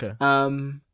Okay